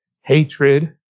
hatred